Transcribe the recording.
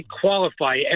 qualify